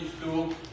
school